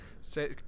say